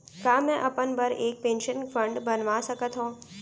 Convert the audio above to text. का मैं अपन बर एक पेंशन फण्ड बनवा सकत हो?